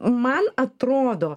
man atrodo